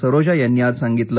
सरोजा यांनी आज सांगितलं